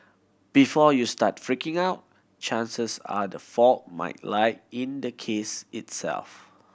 before you start freaking out chances are the fault might lie in the case itself